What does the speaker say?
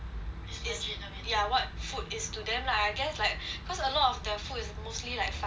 is ya what food is to them lah I guess like cause a lot of the food is mostly like fast food